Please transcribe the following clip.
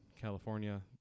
California